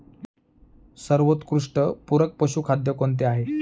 सर्वोत्कृष्ट पूरक पशुखाद्य कोणते आहे?